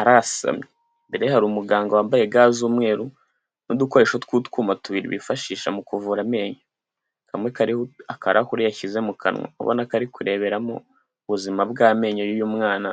arasamye, imbere hari umuganga wambaye ga z'umweru n'udukoresho tw'utwuma tubiri bifashisha mu kuvura amenyo. Kamwe kariho akarahure yashyize mu kanwa ubona ko ari kureberamo ubuzima bw'amenyo y'uyu mwana.